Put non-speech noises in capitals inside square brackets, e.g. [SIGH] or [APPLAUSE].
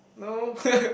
no [LAUGHS]